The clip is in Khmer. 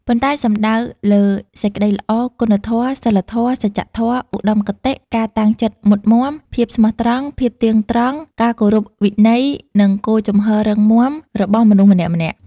ប៉ុន្តែសំដៅលើ សេចក្តីល្អ គុណធម៌ សីលធម៌ សច្ចធម៌ ឧត្តមគតិ ការតាំងចិត្តមុតមាំ ភាពស្មោះត្រង់ ភាពទៀងត្រង់ ការគោរពវិន័យ និងគោលជំហររឹងមាំ របស់មនុស្សម្នាក់ៗ។